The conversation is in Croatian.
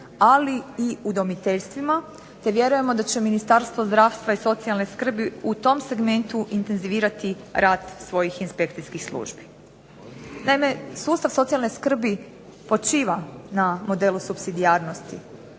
ali i udomiteljstvima, te vjerujemo da će Ministarstvo zdravstva i socijalne skrbi u tom segmentu intenzivirati rad svojih inspekcijskih službi. Naime, sustav socijalne skrbi počiva na modelu supsidijarnosti